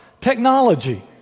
Technology